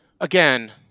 again